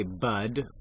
bud